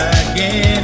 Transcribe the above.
again